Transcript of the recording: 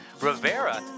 Rivera